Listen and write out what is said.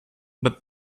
but